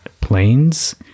planes